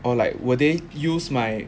or like will they use my